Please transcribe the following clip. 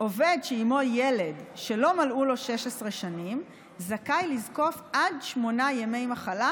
עובד שעימו ילד שלא מלאו לו 16 שנים זכאי לזקוף עד שמונה ימי מחלה,